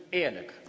eerlijk